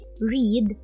read